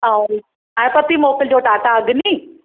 ऐं चाय पत्ती मोकिलिजो टाटा अग्नि